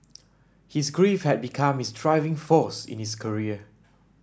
his grief had become his driving force in his career